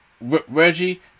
Reggie